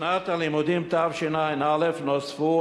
בשנת הלימודים תשע"א נוספו